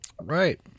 Right